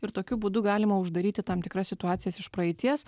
ir tokiu būdu galima uždaryti tam tikras situacijas iš praeities